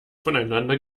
voneinander